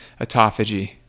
autophagy